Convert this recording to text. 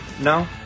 No